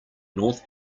north